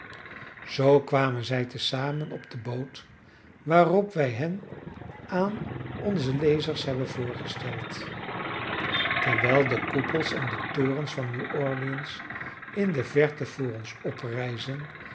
zoo kwamen zij te zamen op de boot waarop wij hen aan onze lezers hebben voorgesteld terwijl de koepels en de torens van nieuw orleans in de verte voor ons oprijzen